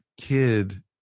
kid